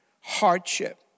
hardship